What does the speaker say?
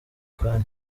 kanya